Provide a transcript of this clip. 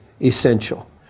essential